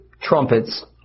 trumpets